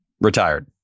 retired